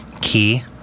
key